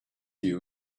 you